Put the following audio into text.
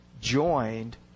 joined